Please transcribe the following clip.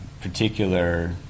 particular